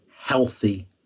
healthy